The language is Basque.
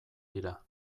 dira